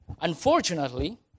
Unfortunately